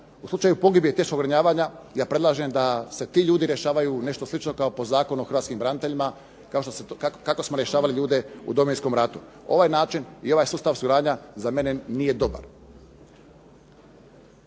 U slučaju pogibije i teškog ranjavanja ja predlažem da se ti ljudi rješavaju nešto slično kao po Zakonu o hrvatskim braniteljima, kako smo rješavali ljude u Domovinskom ratu. Ovaj način i ovaj sustav suradnja za mene nije dobar.